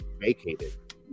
vacated